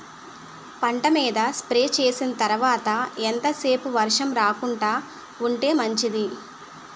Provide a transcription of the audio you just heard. పంట మీద స్ప్రే చేసిన తర్వాత ఎంత సేపు వర్షం రాకుండ ఉంటే మంచిది?